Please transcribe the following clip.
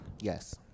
yes